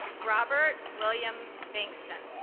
robert william bingston